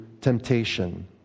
temptation